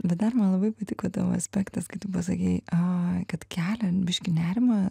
bet dar man labai patiko tavo aspektas kai tu pasakei a kad keliant biškį nerimą